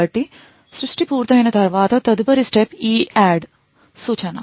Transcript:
కాబట్టి సృష్టి పూర్తయిన తర్వాత తదుపరి step EADD సూచన